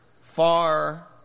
far